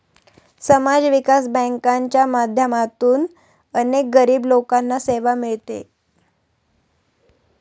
समाज विकास बँकांच्या माध्यमातून अनेक गरीब लोकांना सेवा मिळते